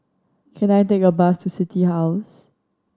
can I take a bus to City House